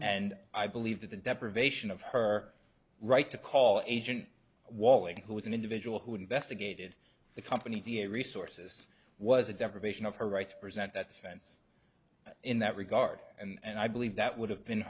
and i believe that the deprivation of her right to call agent walling who was an individual who investigated the company resources was a deprivation of her right to present that defense in that regard and i believe that would have been